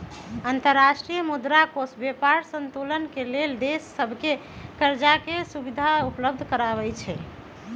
अंतर्राष्ट्रीय मुद्रा कोष व्यापार संतुलन के लेल देश सभके करजाके सुभिधा उपलब्ध करबै छइ